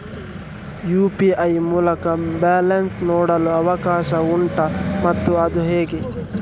UPI ಮೂಲಕ balance ನೋಡಲು ಅವಕಾಶ ಉಂಟಾ ಮತ್ತು ಅದು ಹೇಗೆ?